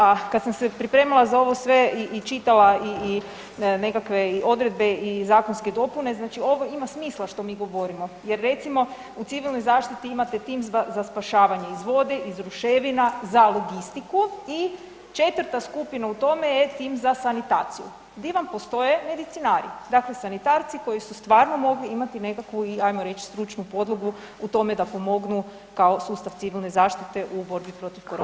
A kad sam se pripremala za ovo sve i čitala i nekakve i odredbe i zakonske dopune, znači ovo ima smisla što mi govorimo jer recimo u civilnoj zaštiti imate tim za spašavanje iz vode, iz ruševina, za logistiku i 4. skupina u tome je tim za sanitaciju di vam postoje medicinari, dakle sanitarci koji su stvarno mogli imati nekakvu ajmo reć stručnu podlogu u tome da pomognu kao sustav civilne zaštite u borbi protiv koronavirusa.